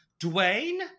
Dwayne